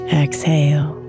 exhale